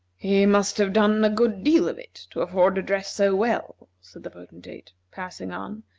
he must have done a good deal of it to afford to dress so well, said the potentate, passing on,